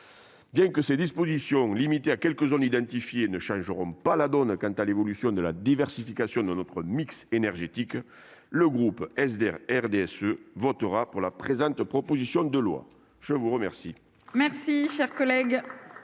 Bien que ces dispositions, limitées à quelques zones identifiées, ne changent pas la donne quant à la diversification de notre mix énergétique, le groupe RDSE votera pour la présente proposition de loi. La parole